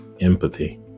empathy